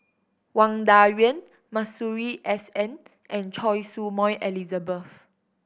Wang Dayuan Masuri S N and Choy Su Moi Elizabeth